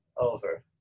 over